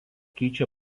keičia